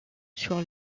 sur